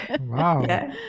Wow